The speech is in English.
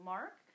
Mark